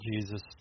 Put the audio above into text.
Jesus